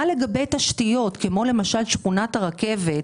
מה לגבי תשתיות, למשל שכונת הרכבת,